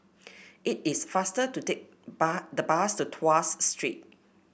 it is faster to take bu the bus to Tuas Street